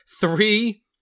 Three